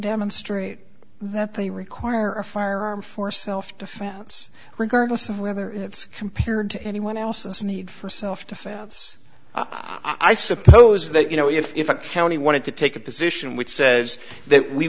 demonstrate that they require a firearm for self defense regardless of whether it's compared to anyone else's need for self defense i suppose that you know if a county wanted to take a position which says that we